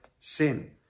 sin